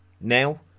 Now